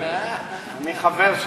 אני חבר שלו.